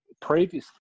previously